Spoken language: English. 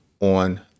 on